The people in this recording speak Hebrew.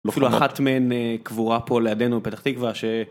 אפילו אחת מן קבורה פה לידינו בפתח תקווה.